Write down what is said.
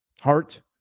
Heart